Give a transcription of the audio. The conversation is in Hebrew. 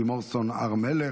לימור סון הר מלך,